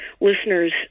listeners